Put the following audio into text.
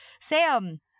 Sam